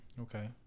Okay